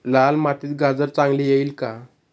लाल मातीत गाजर चांगले येईल का?